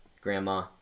grandma